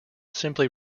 simply